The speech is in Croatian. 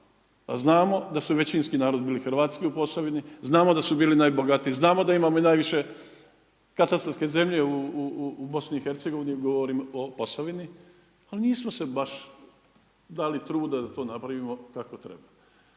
a znamo da su većinski narod bili hrvatski u Posavini, znamo da su bili najbogatiji, znamo da imamo i najviše katastarske zemlje u Bosni i Hercegovini, govorim o Posavini. Ali nismo si baš dali truda da to napravimo kako treba.